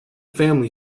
family